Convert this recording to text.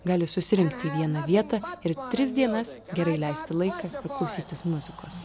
gali susirinkti į vieną vietą ir tris dienas gerai leisti laiką ir klausytis muzikos